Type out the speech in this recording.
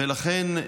ולכן,